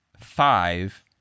five